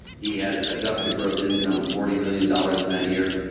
he had adjusted gross income of forty million dollars in that year.